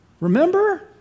Remember